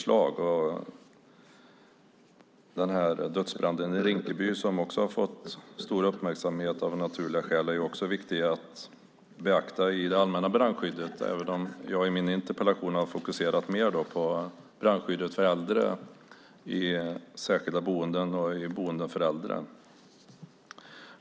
Dödsbranden i Rinkeby, som av naturliga skäl har fått stor uppmärksamhet, är det också viktigt att beakta avseende det allmänna brandskyddet. Dock har jag i min interpellation mer fokuserat på brandskyddet för äldre i särskilda boenden och i boenden för äldre.